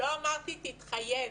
לא אמרתי, תתחייב.